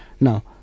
Now